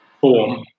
form